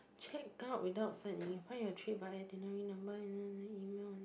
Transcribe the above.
check out without find your trip via itinerary number